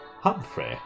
Humphrey